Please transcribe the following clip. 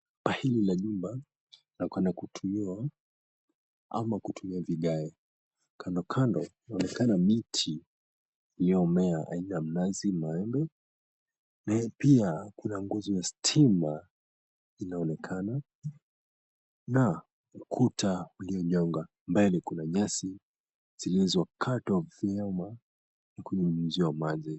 Paa hili la nyumba laonekana kutumiwa ama kutumia vigae. Kando kando inaonekana miti iliyomea aina mnazi, maembe. Na pia kuna nguzo ya stima inaonekana na ukuta ulionyonga. Mbele kuna nyasi zilizokatwa vyema na kunyunyiziwa maji.